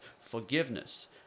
forgiveness